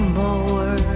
more